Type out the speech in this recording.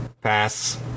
Pass